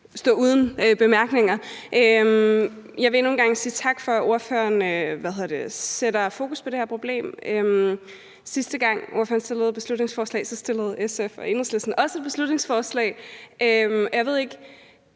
stå uden bemærkninger. Jeg vil endnu en gang sige tak for, at ordføreren sætter fokus på det her problem. Sidste gang ordføreren fremsatte et beslutningsforslag, fremsatte SF og Enhedslisten også et beslutningsforslag. Kunne